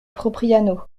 propriano